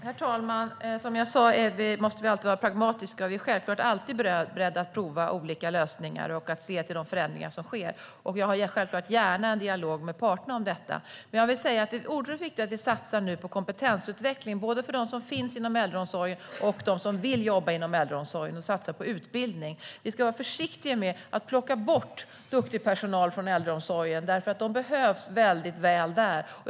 Herr talman! Som jag sa måste vi alltid vara pragmatiska. Vi är självklart alltid beredda att prova olika lösningar och se till de förändringar som sker. Vi har självfallet gärna en dialog med parterna om detta. Det är oerhört viktigt att vi nu satsar på kompetensutveckling, både för dem som finns inom äldreomsorgen och dem som vill jobba där, och på utbildning. Vi ska vara försiktiga med att plocka bort duktig personal från äldreomsorgen, för de behövs väldigt väl där.